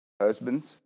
husbands